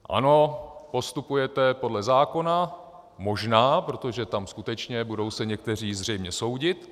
Ano, postupujete podle zákona, možná, protože tam skutečně se budou někteří zřejmě soudit.